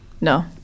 No